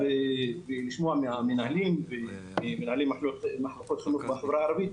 ולשמוע ממנהלי מחלקות החינוך בחברה הערבית,